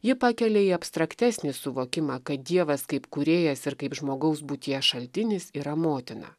ji pakelia į abstraktesnį suvokimą kad dievas kaip kūrėjas ir kaip žmogaus būties šaltinis yra motina